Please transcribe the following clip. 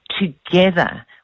together